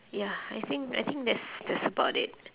ya I think I think that's that's about it